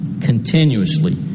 continuously